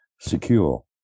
secure